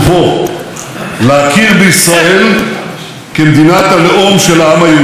בסירובו להכיר בישראל כמדינת הלאום של העם היהודי,